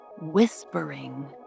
whispering